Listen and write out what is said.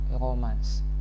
romance